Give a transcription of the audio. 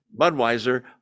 Budweiser